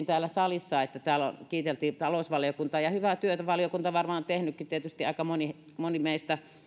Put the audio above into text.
täällä salissa kiiteltiin talousvaliokuntaa ja hyvää työtä valiokunta varmaan on tehnytkin tietysti aika moni moni meistä